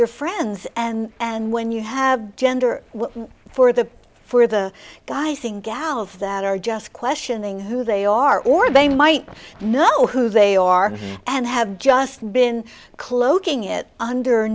your friends and and when you have gender for the for the guy i think gals that are just questioning who they are or they might not know who they are and have just been cloaking it under